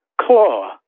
Claw